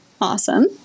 awesome